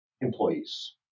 employees